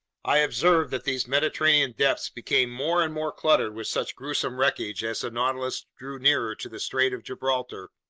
i observed that these mediterranean depths became more and more cluttered with such gruesome wreckage as the nautilus drew nearer to the strait of gibraltar.